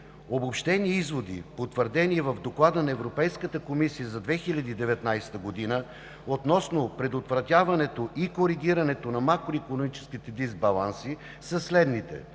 Обобщените изводи, потвърдени в Доклада на Европейската комисия за 2019 г. относно предотвратяването и коригирането на макроикономическите дисбаланси, са следните: